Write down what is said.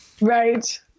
right